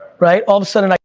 right? all of a sudden, like